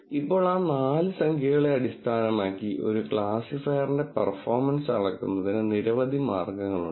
ഇപ്പോൾ ആ നാല് സംഖ്യകളെ അടിസ്ഥാനമാക്കി ഒരു ക്ലാസിഫയറിന്റെ പെർഫോമൻസ് അളക്കുന്നതിന് നിരവധി മാർഗങ്ങളുണ്ട്